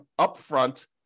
upfront